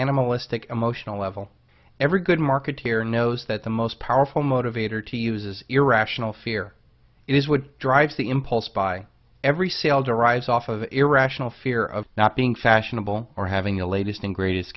animalistic emotional level every good marketeer knows that the most powerful motivator to use is irrational fear is what drives the impulse buy every sale derives off of irrational fear of not being fashionable or having the latest and greatest